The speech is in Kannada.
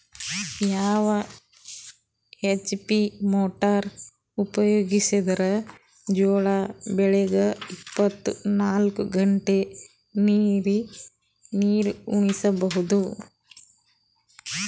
ಯಾವ ಎಚ್.ಪಿ ಮೊಟಾರ್ ಉಪಯೋಗಿಸಿದರ ಜೋಳ ಬೆಳಿಗ ಇಪ್ಪತ ನಾಲ್ಕು ಗಂಟೆ ನೀರಿ ಉಣಿಸ ಬಹುದು?